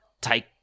take